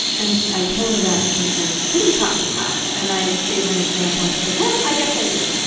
and i told her that and she's like, what are you talking about? and i gave her an example and she's like, well, i guess i do.